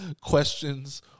questions